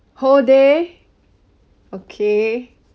whole day okay